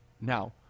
Now